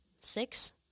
six